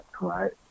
right